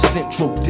Central